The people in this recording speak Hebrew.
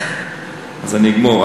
אז אני אגמור.